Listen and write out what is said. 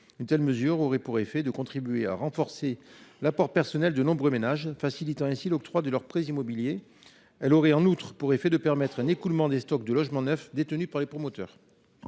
Une telle mesure aurait pour effet de contribuer à renforcer l’apport personnel de nombreux ménages, facilitant ainsi l’octroi de leurs prêts immobiliers. Elle permettrait également un écoulement des stocks de logements neufs détenus par les promoteurs.